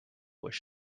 was